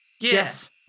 Yes